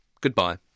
Goodbye